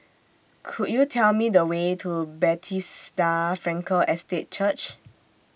Could YOU Tell Me The Way to Bethesda Frankel Estate Church